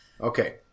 okay